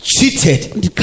cheated